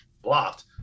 blocked